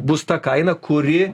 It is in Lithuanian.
bus ta kaina kuri